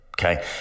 Okay